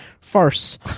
farce